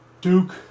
Duke